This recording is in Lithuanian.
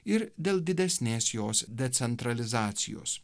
ir dėl didesnės jos decentralizacijos